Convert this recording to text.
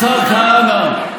השר כהנא,